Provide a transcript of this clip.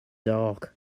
dark